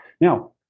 Now